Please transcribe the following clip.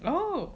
oh